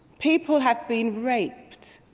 people have been raped